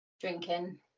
drinking